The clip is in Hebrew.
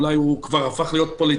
אולי הוא הפך להיות פוליטיקאי,